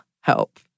help